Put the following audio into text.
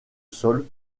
sol